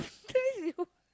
crazy